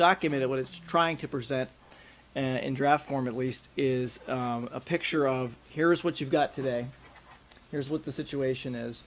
document what it's trying to present and draft form at least is a picture of here's what you've got today here's what the situation is